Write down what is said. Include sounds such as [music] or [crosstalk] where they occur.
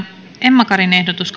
emma karin ehdotus [unintelligible]